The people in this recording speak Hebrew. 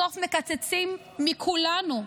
בסוף מקצצים מכולנו.